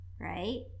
right